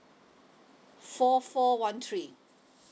four four one three